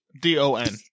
D-O-N